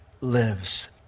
lives